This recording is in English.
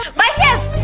myself.